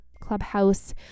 Clubhouse